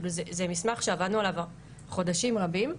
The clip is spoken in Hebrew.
זה מסמך שעבדנו עליו חודשים רבים.